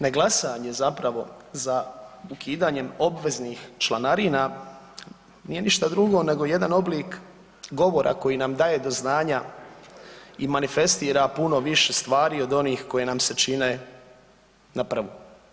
Ne glasanje za ukidanjem obveznih članarina nije ništa drugo nego jedan oblik govora koji nam daje do znanja i manifestira puno više stvari od onih koje nam se čine na prvu.